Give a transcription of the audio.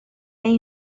این